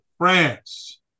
France